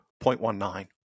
0.19